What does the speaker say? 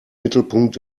mittelpunkt